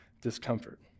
discomfort